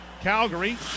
Calgary